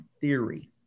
theory